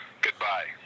Goodbye